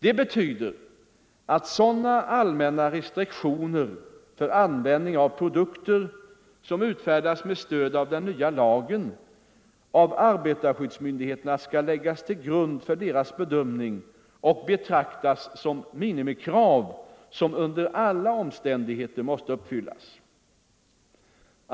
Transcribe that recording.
Det betyder att sådana allmänna restrik tioner för användning av produkter som utfärdas med stöd av den nya lagen av arbetarskyddsmyndigheterna skall läggas till grund för deras bedömning och betraktas som minimikrav som under alla omständigheter måste uppfyllas.